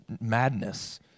madness